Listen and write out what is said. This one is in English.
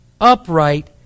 upright